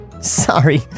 Sorry